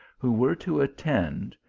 who were to attend,